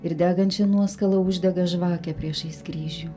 ir degančia nuoskala uždega žvakę priešais kryžių